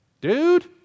Dude